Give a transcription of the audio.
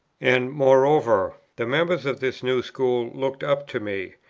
and moreover, the members of this new school looked up to me,